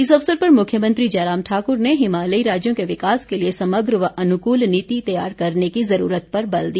इस अवसर पर मुख्यमंत्री जयराम ठाकुर ने हिमालयी राज्यों के विकास के लिए समग्र व अनुकूल नीति तैयार करने की ज़रूरत पर बल दिया